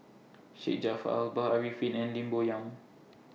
Syed Jaafar Albar Arifin and Lim Bo Yam